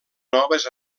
noves